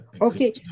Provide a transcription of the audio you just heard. Okay